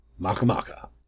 Makamaka